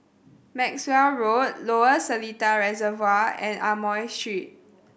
Maxwell Road Lower Seletar Reservoir and Amoy Street